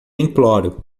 imploro